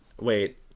Wait